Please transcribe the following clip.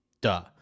duh